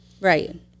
Right